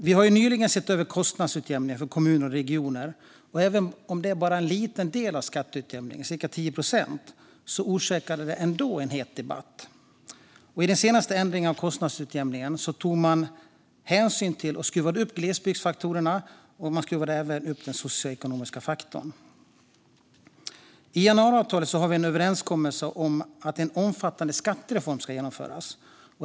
Vi har nyligen sett över kostnadsutjämningen för kommuner och regioner, och även om det är bara en liten del av skatteutjämningen - cirka 10 procent - orsakade det ändå en het debatt. I den senaste ändringen av kostnadsutjämningen tog man hänsyn till och skruvade upp glesbygdsfaktorerna, och man skruvade även upp den socioekonomiska faktorn. I januariavtalet har vi en överenskommelse om att en omfattande skattereform ska genomföras.